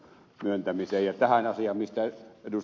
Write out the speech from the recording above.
ja tähän asiaan mistä ed